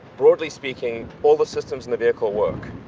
broadly speaking, all the systems in the vehicle work.